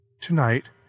Tonight